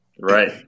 Right